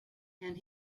and